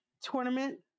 tournament